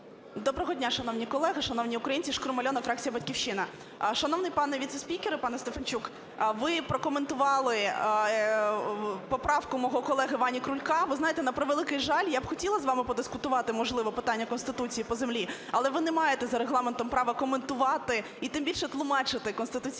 Доброго дня, шановні колеги, шановні українці, Шкрум Альона, фракція "Батьківщина". Шановний пане віце-спікере, пане Стефанчук, ви прокоментували поправку мого колеги Вані Крулька. Ви знаєте, на превеликий жаль, я б хотіла з вами подискутувати, можливо, питання Конституції по землі, але ви не маєте за Регламентом права коментувати і тим більше тлумачити конституційні